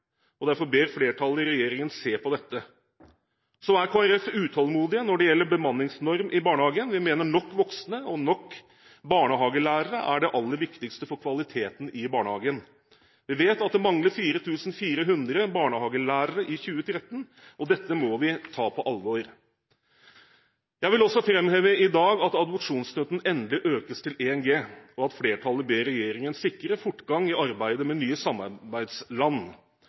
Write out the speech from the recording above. og derfor ber flertallet regjeringen se på dette. Kristelig Folkeparti er utålmodige når det gjelder bemanningsnorm i barnehagen. Vi mener at nok voksne og nok barnehagelærere er det aller viktigste for kvaliteten i barnehagen. Vi vet at det manglet 4 400 barnehagelærere i 2013, og dette må vi ta på alvor. Jeg vil også framheve i dag at adopsjonsstøtten endelig økes til 1 G, og at flertallet ber regjeringen sikre fortgang i arbeidet med nye samarbeidsland.